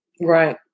Right